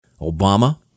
Obama